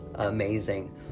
amazing